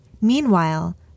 Meanwhile